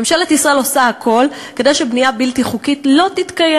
ממשלת ישראל עושה הכול כדי שבנייה בלתי חוקית לא תתקיים.